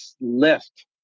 lift